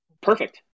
perfect